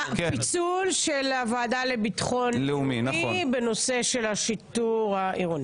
הפיצול של הוועדה לביטחון לאומי בנושא השיטור העירוני.